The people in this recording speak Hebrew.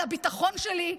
על הביטחון שלי,